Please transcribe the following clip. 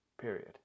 period